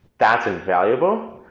that's invaluable,